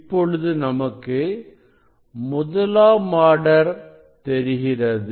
இப்பொழுது நமக்கு முதலாம் ஆர்டர் தெரிகிறது